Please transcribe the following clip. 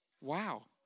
Wow